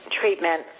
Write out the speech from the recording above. treatment